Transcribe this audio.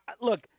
look